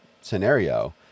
scenario